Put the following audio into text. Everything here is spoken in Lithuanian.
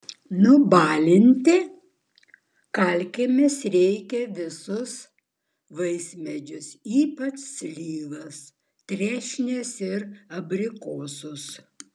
nubalinti kalkėmis reikia visus vaismedžius ypač slyvas trešnes ir abrikosus